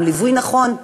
עם ליווי נכון.